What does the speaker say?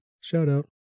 Shout-out